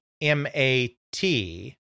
M-A-T